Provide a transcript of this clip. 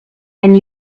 and